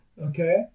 Okay